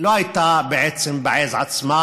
לא הייתה בעז עצמה